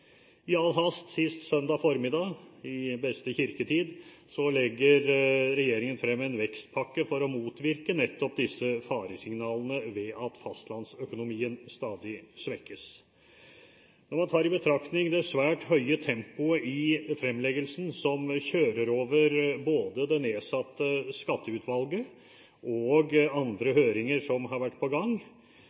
I all hast sist søndag formiddag, i beste kirketid, la regjeringen frem en vekstpakke for å motvirke nettopp disse faresignalene om at fastlandsøkonomien stadig svekkes. Når man tar i betraktning det svært høye tempoet i fremleggelsen, som kjører over både det nedsatte skatteutvalget og høringer som har vært på gang,